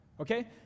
Okay